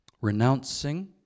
renouncing